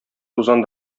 тузан